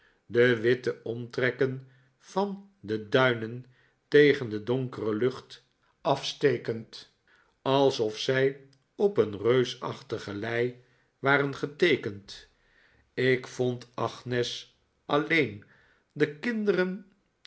de witte omtrekken van de duinen tegen de donkere lucht afsteken'd alsof zij op een reusachtige lei waren geteekend ik vond agnes alleen de kinderen